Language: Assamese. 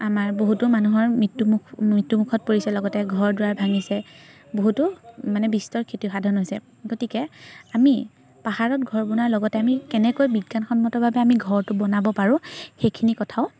আমাৰ বহুতো মানুহৰ মৃত্যুমুখ মৃত্যুমুখত পৰিছে লগতে ঘৰ দুৱাৰ ভাঙিছে বহুতো মানে বিস্তৰ ক্ষতিসাধন হৈছে গতিকে আমি পাহাৰত ঘৰ বনোৱাৰ লগতে আমি কেনেকৈ বিজ্ঞানসন্মতভাৱে আমি ঘৰটো বনাব পাৰোঁ সেইখিনি কথাও